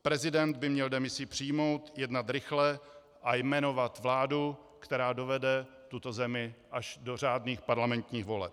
Prezident by měl demisi přijmout, jednat rychle a jmenovat vládu, která dovede tuto zemi až do řádných parlamentních voleb.